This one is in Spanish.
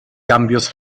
cambios